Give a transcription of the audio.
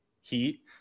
heat